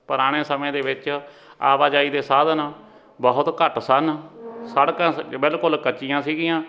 ਪੁਰਾਣੇ ਸਮੇਂ ਦੇ ਵਿੱਚ ਆਵਾਜਾਈ ਦੇ ਸਾਧਨ ਬਹੁਤ ਘੱਟ ਸਨ ਸੜਕਾਂ ਸ ਬਿਲਕੁਲ ਕੱਚੀਆਂ ਸੀਗੀਆਂ